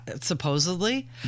Supposedly